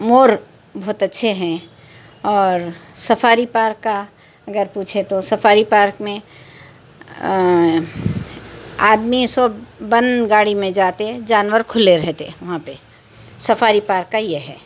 مور بہت اچھے ہیں اور سفاری پارک کا اگر پوچھے تو سفاری پارک میں آدمی سب بند گاڑی میں جاتے جانور کھلے رہتے وہاں پہ سفاری پارک کا یہ ہے